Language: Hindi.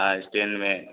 हाँ इस्टैंड में